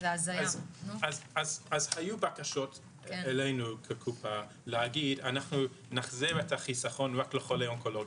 היו בקשות אלינו כקופה להגיד: נחזיר את החיסכון רק לחולים אונקולוגיים.